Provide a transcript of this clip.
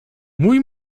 mój